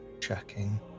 Checking